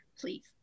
please